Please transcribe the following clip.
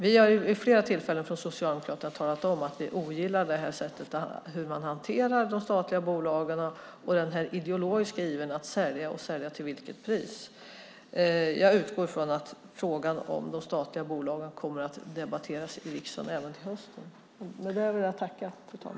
Vi har från Socialdemokraterna vid flera tillfällen talat om att vi ogillar det sätt som man hanterar de statliga bolagen på och den ideologiska ivern att sälja och sälja till vilket pris som helst. Jag utgår från att frågan om de statliga bolagen kommer att debatteras i riksdagen även till hösten.